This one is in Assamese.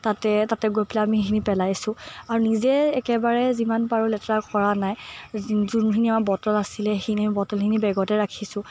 তাতে তাতে গৈ পেলাই আমি সেইখিনি পেলাইছোঁ আৰু নিজে একেবাৰে যিমান পাৰোঁ লেতেৰা কৰা নাই যোনখিনি আমাৰ বটল আছিলে সেইখিনি বটলখিনি বেগতে ৰাখিছোঁ